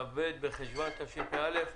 כ"ב בחשוון התשפ"א,